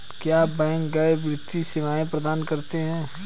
क्या बैंक गैर वित्तीय सेवाएं प्रदान करते हैं?